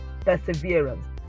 Perseverance